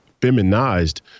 feminized